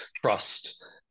trust